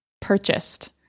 Purchased